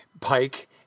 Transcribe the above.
Pike